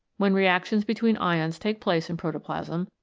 when reactions between ions take place in protoplasm,